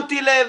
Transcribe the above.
שמתי לב.